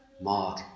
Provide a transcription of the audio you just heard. Mark